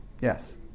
Yes